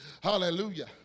Hallelujah